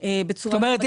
--- זאת אומרת,